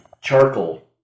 charcoal